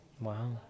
Wow